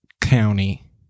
County